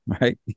right